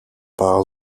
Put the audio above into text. bar